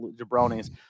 jabronis